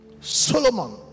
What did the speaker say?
Solomon